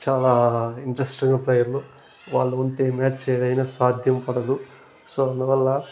చాలా interesting player వాళ్ళు ఉంటే మ్యాచే ఏదైనా సాధ్యం పడదు సో అందువల్ల